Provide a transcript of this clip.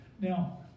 Now